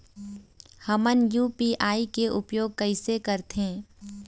हमन यू.पी.आई के उपयोग कैसे करथें?